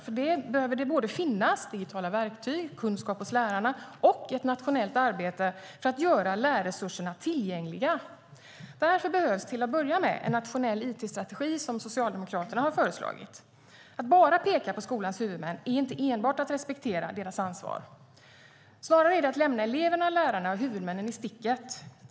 För detta behöver det finnas digitala verktyg, kunskaper hos lärarna och ett nationellt arbete för att göra lärresurserna tillgängliga. Därför behövs till att börja med en nationell it-strategi för skolan, vilket Socialdemokraterna har föreslagit. Att bara peka på skolans huvudmän är inte enbart att respektera deras ansvar. Snarare är det att lämna eleverna, lärarna och huvudmännen i sticket.